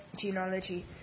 genealogy